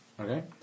Okay